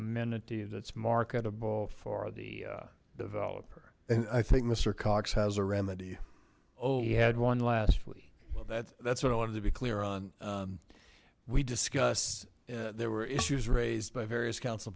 amenity that's marketable for the developer and i think mr cox has a remedy oh he had one last week well that's what i wanted to be clear on we discussed there were issues raised by various council